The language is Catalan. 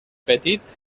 petit